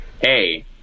Hey